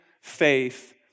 faith